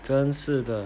真是的